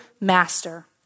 master